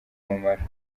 umumaro